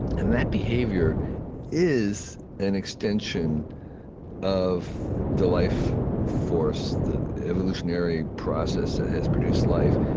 and that behavior is an extension of the life force, the evolutionary process that has produced life.